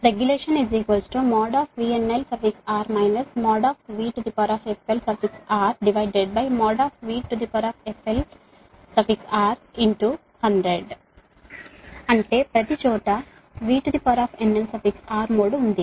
రెగ్యులేషన్VRNL |VRFL||VRFL|100 అంటే ప్రతిచోటా VRNL mode ఉంది